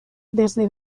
desde